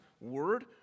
word